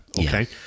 Okay